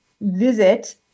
visit